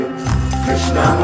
Krishna